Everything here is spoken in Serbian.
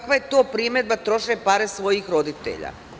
Kakva je to primedba, troše pare svojih roditelja?